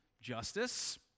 justice